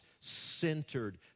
centered